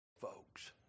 folks